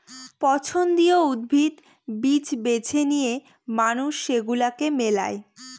পছন্দীয় উদ্ভিদ, বীজ বেছে নিয়ে মানুষ সেগুলাকে মেলায়